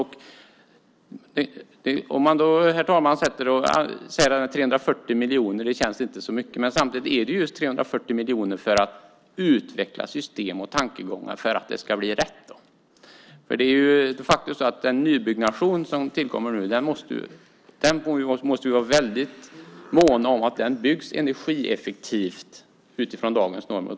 Man kan då, herr talman, säga att 340 miljoner inte känns som så mycket. Men samtidigt är det just 340 miljoner för att utveckla system och tankegångar för att det ska bli rätt. Det är de facto så att vi måste vara väldigt måna om att den nybyggnation som nu tillkommer byggs energieffektivt utifrån dagens normer.